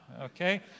okay